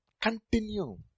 Continue